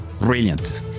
Brilliant